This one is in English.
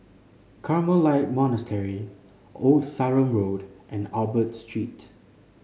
Carmelite Monastery Old Sarum Road and Albert Street